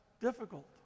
difficult